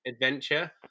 adventure